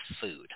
food